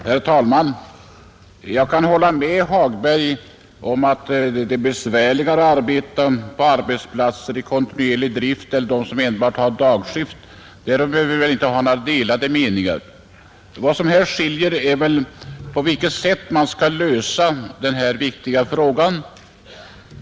Herr talman! Jag kan hålla med herr Hagberg om att det är besvärligare att arbeta på arbetsplatser med kontinuerlig drift än där det bara är dagskift. Därvidlag råder det inga delade meningar. Vad som här skiljer är väl på vilket sätt man skall lösa denna viktiga fråga.